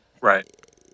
Right